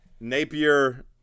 Napier